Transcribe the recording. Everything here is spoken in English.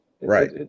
right